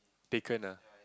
taken ah